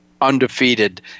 undefeated